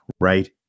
right